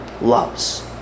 loves